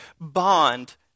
bond